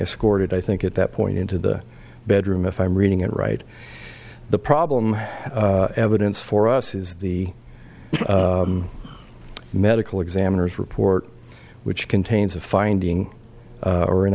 escorted i think at that point into the bedroom if i'm reading it right the problem evidence for us is the medical examiner's report which contains a finding or an